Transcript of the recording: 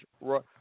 right